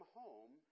home